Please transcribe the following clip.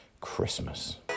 Christmas